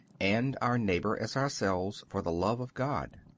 and our neighbor as ourselves for the love of god.